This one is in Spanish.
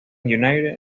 united